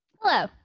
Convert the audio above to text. Hello